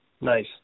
Nice